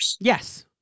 Yes